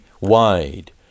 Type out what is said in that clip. wide